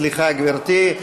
סליחה, גברתי.